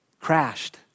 crashed